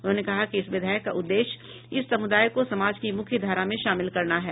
उन्होंने कहा कि इस विधेयक का उद्देश्य इस समुदाय को समाज की मुख्यधारा में शामिल करना है